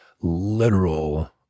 literal